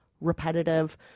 repetitive